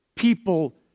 people